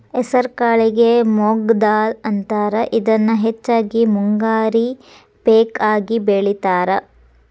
ಹೆಸರಕಾಳಿಗೆ ಮೊಂಗ್ ದಾಲ್ ಅಂತಾರ, ಇದನ್ನ ಹೆಚ್ಚಾಗಿ ಮುಂಗಾರಿ ಪೇಕ ಆಗಿ ಬೆಳೇತಾರ